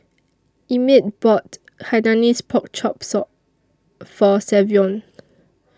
Emit bought Hainanese Pork Chop sore For Savion